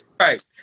Right